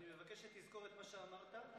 אני מבקש שתזכור את מה שאמרת,